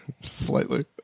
Slightly